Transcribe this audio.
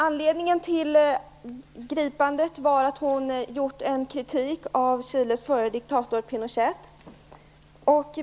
Anledningen till gripandet var att hon riktat kritik mot Chiles förre diktator Pinochet.